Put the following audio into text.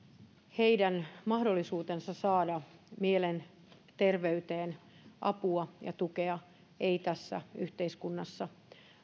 heidän mahdollisuutensa saada mielenterveyteen apua ja tukea ei tässä yhteiskunnassa